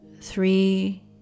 three